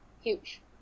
huge